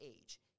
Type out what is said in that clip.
age